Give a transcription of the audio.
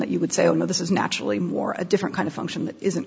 that you would say oh no this is naturally more a different kind of function that isn't